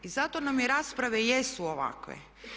I zato nam i rasprave i jesu ovakve.